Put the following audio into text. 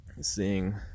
seeing